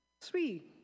Three